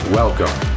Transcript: welcome